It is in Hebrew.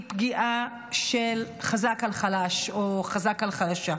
פגיעה של חזק על חלש או חזק על חלשה.